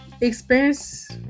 experience